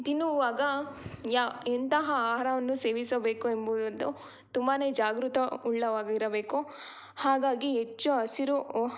ತಿನ್ನುವಾಗ ಯಾ ಎಂತಹ ಆಹಾರವನ್ನು ಸೇವಿಸಬೇಕು ಎಂಬುದು ತುಂಬನೇ ಜಾಗ್ರತೆ ಉಳ್ಳವರಾಗಿರಬೇಕು ಹಾಗಾಗಿ ಹಡಚ್ಚು ಹಸಿರು